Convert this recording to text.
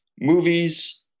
movies